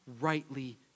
rightly